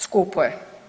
Skupo je.